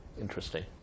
interesting